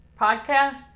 podcast